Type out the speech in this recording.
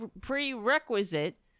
prerequisite